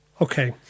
okay